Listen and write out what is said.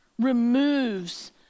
removes